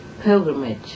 pilgrimage